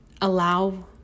allow